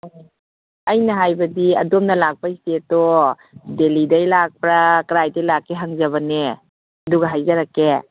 ꯑꯣ ꯑꯩꯅ ꯍꯥꯏꯕꯗꯤ ꯑꯗꯣꯝꯅ ꯂꯥꯛꯄ ꯁ꯭ꯇꯦꯠꯇꯣ ꯗꯦꯂꯤꯗꯒꯤ ꯂꯥꯛꯄ꯭ꯔꯥ ꯀꯗꯥꯏꯗꯒꯤ ꯂꯥꯛꯀꯦ ꯍꯪꯖꯕꯅꯦ ꯑꯗꯨꯒ ꯍꯥꯏꯖꯔꯛꯀꯦ